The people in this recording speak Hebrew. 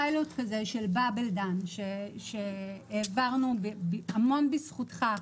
פיילוט כזה, שהעברנו המון בזכותך,